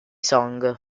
song